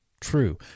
True